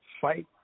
fight